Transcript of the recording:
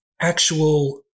actual